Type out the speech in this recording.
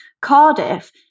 Cardiff